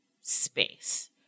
space